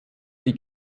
die